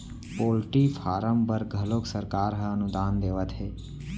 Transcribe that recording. poultry farm बर घलोक सरकार ह अनुदान देवत हे